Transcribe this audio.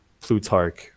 Plutarch